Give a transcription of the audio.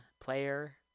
Player